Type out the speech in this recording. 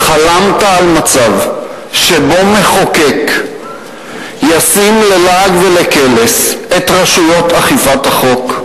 חלמת על מצב שבו מחוקק ישים ללעג ולקלס את רשויות אכיפת החוק?